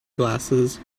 glasses